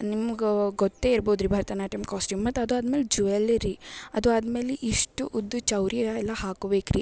ನಿಮಗು ಗೊತ್ತೇ ಇರಬಹುದು ರೀ ಭರತನಾಟ್ಯಮ್ ಕಾಸ್ಟ್ಯೂಮ್ ಮತ್ತು ಅದಾದಮೇಲೆ ಜುವೆಲ್ಲರಿ ಅದು ಆದಮೇಲೆ ಇಷ್ಟು ಉದ್ದ ಚೌರಿ ಎಲ್ಲ ಹಾಕೋಬೇಕು ರೀ